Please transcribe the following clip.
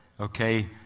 Okay